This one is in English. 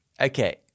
Okay